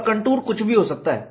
और कंटूर कुछ भी हो सकता है